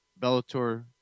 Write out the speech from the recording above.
Bellator